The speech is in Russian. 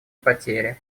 потери